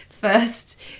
first